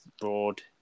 broad